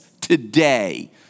today